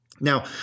Now